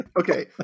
Okay